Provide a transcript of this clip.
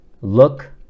look